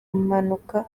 mpanuka